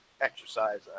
exercise